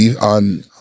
on